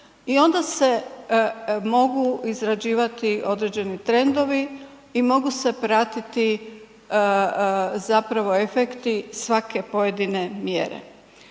i onda se mogu izrađivati određeni trendovi i mogu se pratiti zapravo efekti svake pojedine mjere.